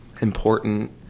important